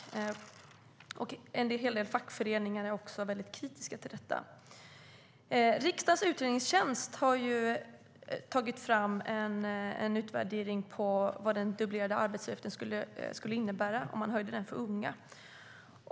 Även en hel del fackföreningar är mycket kritiska till detta. Riksdagens utredningstjänst har tagit fram en utvärdering av vad de dubblerade arbetsgivaravgifterna skulle innebära för unga.